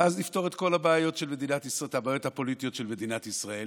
ואז לפתור את כל הבעיות הפוליטיות של מדינת ישראל.